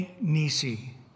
Nisi